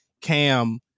Cam